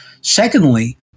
Secondly